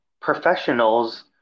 professionals